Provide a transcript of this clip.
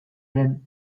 den